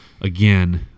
again